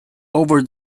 over